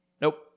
Nope